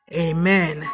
Amen